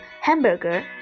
hamburger